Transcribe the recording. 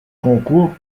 concours